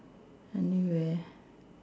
anywhere